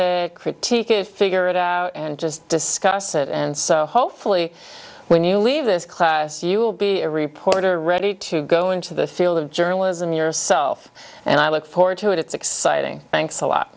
critique it figure it out and just discuss it and so hopefully when you leave this class you will be a reporter ready to go into the field of journalism yourself and i look forward to it it's exciting thanks a lot